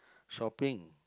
shopping